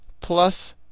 plus